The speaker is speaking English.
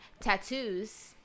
tattoos